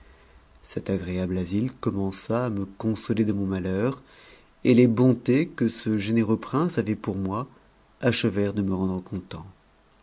cet agréable asile commença à me consoler de mon malheur et les i'ontesque ce généreux prince avait pour moi achevèrent de me rendre ctcut